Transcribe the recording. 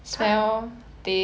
touc~